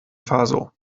faso